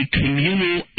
communal